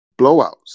blowouts